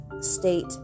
state